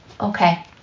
Okay